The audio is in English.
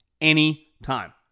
anytime